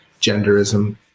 genderism